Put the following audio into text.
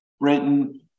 Britain